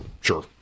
sure